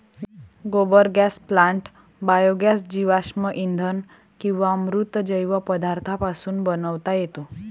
गोबर gas plant biogas जीवाश्म इंधन किंवा मृत जैव पदार्थांपासून बनवता येतो